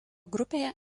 grupėje